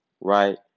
right